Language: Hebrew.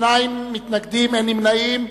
שני מתנגדים, אין נמנעים.